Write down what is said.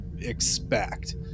expect